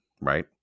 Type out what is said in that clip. right